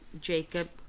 Jacob